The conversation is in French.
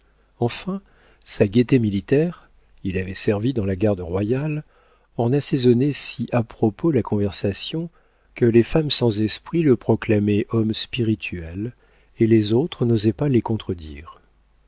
enfin sa gaieté militaire il avait servi dans la garde royale en assaisonnait si à propos la conversation que les femmes sans esprit le proclamaient homme spirituel et les autres n'osaient pas les contredire